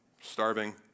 starving